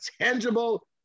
tangible